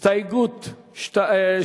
ההסתייגות מס'